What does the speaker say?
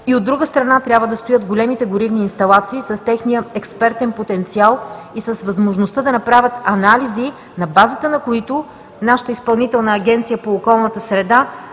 и от друга страна трябва да стоят големите горивни инсталации с техния експертен потенциал и с възможността да направят анализи на, базата на които нашата Изпълнителна агенция по околната среда